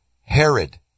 Herod